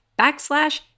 backslash